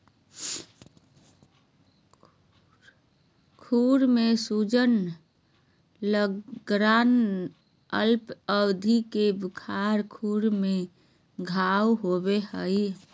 खुर में सूजन, लंगड़ाना, अल्प अवधि के बुखार, खुर में घाव होबे हइ